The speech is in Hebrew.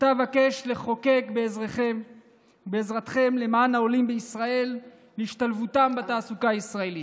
שאבקש לחוקק בעזרתכם למען העולים לישראל והשתלבותם בתעסוקה הישראלית.